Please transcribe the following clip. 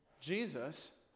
Jesus